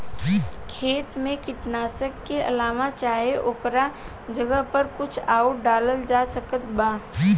खेत मे कीटनाशक के अलावे चाहे ओकरा जगह पर कुछ आउर डालल जा सकत बा?